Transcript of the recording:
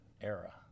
era